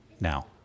Now